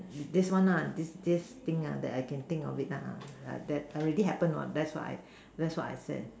thi~ this one lah this this thing that I can think of it that already happen that's what I that's what I said